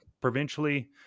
provincially